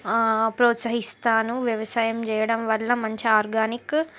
ఆ ప్రోత్సహిస్తాను వ్యవసాయం చేయడం వల్ల మంచి ఆర్గానిక్